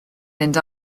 mynd